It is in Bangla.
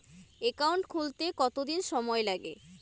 একাউন্ট খুলতে কতদিন সময় লাগে?